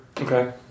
Okay